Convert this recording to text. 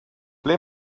ble